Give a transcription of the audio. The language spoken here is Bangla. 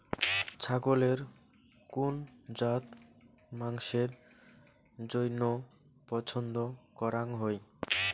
ছাগলের কুন জাত মাংসের জইন্য পছন্দ করাং হই?